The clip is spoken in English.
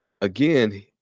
again